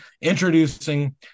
introducing